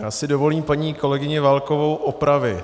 Já si dovolím paní kolegyni Válkovou opravit.